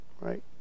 right